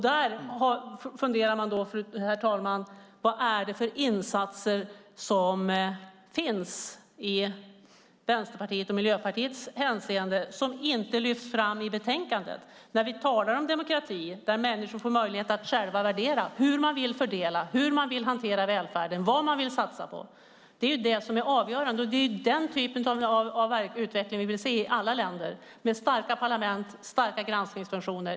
Man funderar, herr talman, på vilka insatser Vänsterpartiet och Miljöpartiet menar som inte lyfts fram i betänkandet. Vi talar ju om demokrati där människor får möjlighet att själva värdera hur de vill fördela, hur de vill hantera välfärden och vad de vill satsa på. Det är det som är avgörande, och det är den typen av utveckling vi vill se i alla länder: starka parlament och starka granskningsfunktioner.